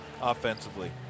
offensively